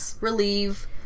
relieve